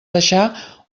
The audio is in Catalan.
deixar